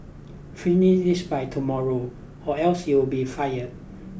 finish this by tomorrow or else you'll be fired